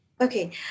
Okay